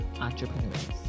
entrepreneurs